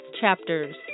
chapters